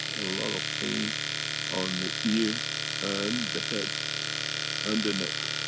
a lot of pain on the ear and the head and the neck.